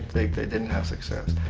they didn't have success.